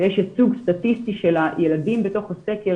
ויש ייצוג סטטיסטי של הילדים בתוך הסקר,